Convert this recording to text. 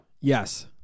Yes